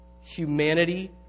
Humanity